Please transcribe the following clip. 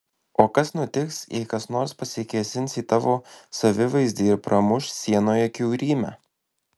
o kas nutiks jei kas nors pasikėsins į tavo savivaizdį ir pramuš sienoje kiaurymę